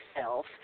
self